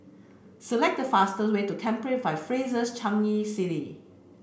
select the fastest way to Capri by Fraser Changi City